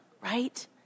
right